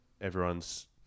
everyone's